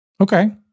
Okay